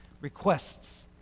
requests